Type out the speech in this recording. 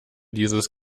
dieses